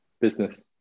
business